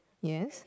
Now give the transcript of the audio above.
yes